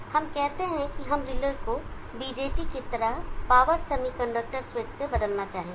हम कहते हैं कि हम रिले को BJT की तरह पावर सेमीकंडक्टर स्विच के साथ बदलना चाहेंगे